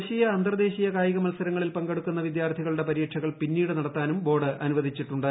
ദേശീയ അന്തർദേശീയ കായിക മത്സരങ്ങളിൽ പങ്കെടുക്കുന്ന വിദ്യാർത്ഥികളുടെ പരീക്ഷകൾ പിന്നീട് നടത്താനും ബോർഡ് അനുവദിച്ചിട്ടുണ്ട്